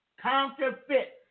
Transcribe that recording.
counterfeit